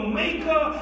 maker